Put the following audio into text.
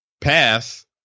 pass